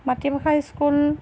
মাতৃ ভাষা স্কুল